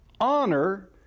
Honor